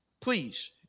please